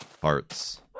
parts